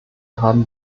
haben